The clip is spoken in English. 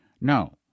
No